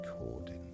recording